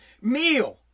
meal